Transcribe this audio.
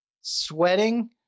sweating